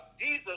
Jesus